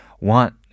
want